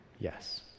yes